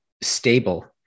stable